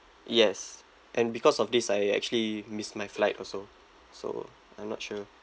yes and because of this I actually missed my flight also so I'm not sure